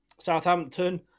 Southampton